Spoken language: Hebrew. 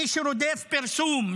מי שרודף פרסום,